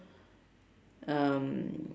um